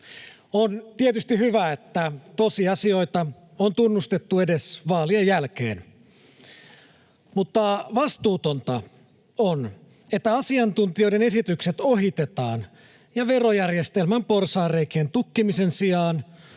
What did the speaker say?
On tietysti hyvä, että tosiasioita on tunnustettu edes vaalien jälkeen, mutta vastuutonta on, että asiantuntijoiden esitykset ohitetaan ja verojärjestelmän porsaanreikien tukkimisen sijaan